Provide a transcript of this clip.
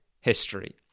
history